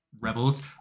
Rebels